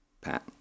Pat